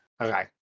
Okay